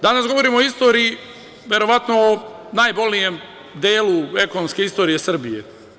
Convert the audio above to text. Danas govorimo o istoriji, verovatno o najbolnijem delu ekonomske istorije Srbije.